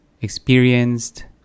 experienced